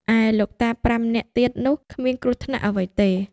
ឯលោកតា៥នាក់ទៀតនោះ គ្មានគ្រោះថ្នាក់អ្វីទេ។